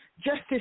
justice